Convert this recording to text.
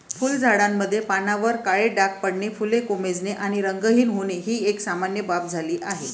फुलझाडांमध्ये पानांवर काळे डाग पडणे, फुले कोमेजणे आणि रंगहीन होणे ही सामान्य बाब झाली आहे